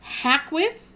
Hackwith